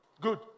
Good